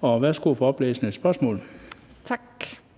Kl. 16:04 Spm. nr.